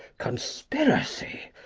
conspiracy?